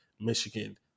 Michigan